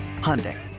Hyundai